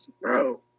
bro